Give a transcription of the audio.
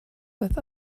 with